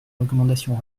recommandations